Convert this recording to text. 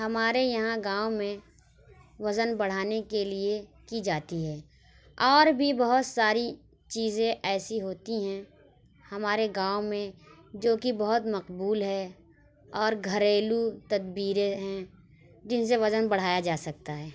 ہمارے یہاں گاؤں میں وزن بڑھانے کے لیے کی جاتی ہے اور بھی بہت ساری چیزیں ایسی ہوتی ہیں ہمارے گاؤں میں جو کہ بہت مقبول ہے اور گھریلو تدبیریں ہیں جن سے وزن بڑھایا جا سکتا ہے